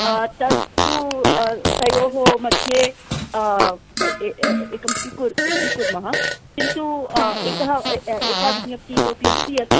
तत्तु तयोः मध्ये एकं स्वीकुर्मः किन्तु एकः एका विज्ञप्तिः इतोपि अस्ति यत्